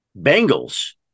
Bengals